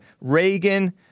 Reagan